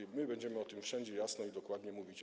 I my będziemy o tym wszędzie jasno i dokładnie mówić.